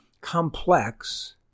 complex